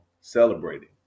celebrating